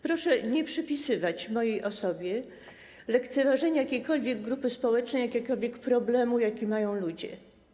Proszę nie przypisywać mojej osobie lekceważenia jakiejkolwiek grupy społecznej, jakiegokolwiek problemu, jaki mają ludzie.